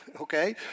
okay